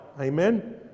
amen